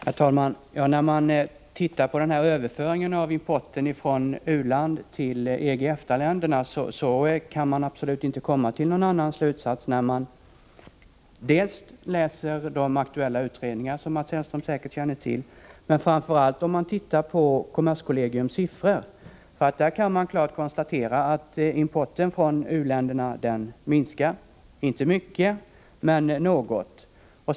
Herr talman! När man tittar på överföringen av importen från u-land till EG och EFTA-länderna, kan man absolut inte komma till någon annan slutsats än den jag har kommit fram till — dels om man läser de aktuella utredningar som Mats Hellström säkert känner till, dels, och framför allt, om man tittar på kommerskollegiums siffror. På basis av detta kan man klart konstatera att importen från u-länderna minskar — inte mycket, men något.